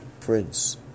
prince